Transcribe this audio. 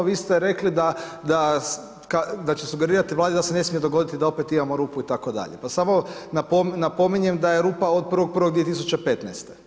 Vi ste rekli da ćete sugerirati Vladi da se ne smije dogoditi da opet imamo rupu itd., pa samo napominjem da je rupa od 1.1.2015.